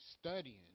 studying